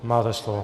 Máte slovo.